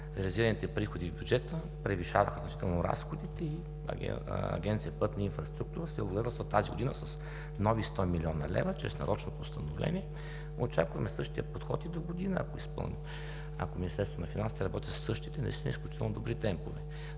реализираните приходи в бюджета превишаваха значително разходите и Агенция „Пътна инфраструктура“ се облагодетелства тази година с нови 100 млн. лв. чрез нарочно постановление, очакваме същия подход и догодина, ако изпълним и ако Министерство на финансите работи със същите изключително добри темпове.